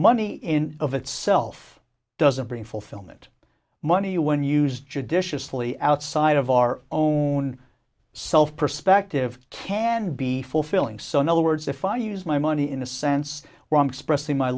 money in of itself doesn't bring fulfillment money when used judiciously outside of our own self perspective can be fulfilling so in other words if i use my money in a sense wrong expressing my